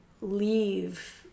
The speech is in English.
leave